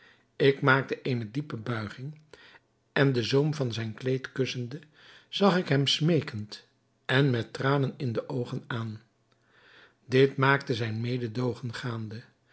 ik maakte eene diepe buiging en den zoom van zijn kleed kussende zag ik hem smeekend en met tranen in de oogen aan dit maakte zijn mededoogen gaande